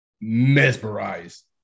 mesmerized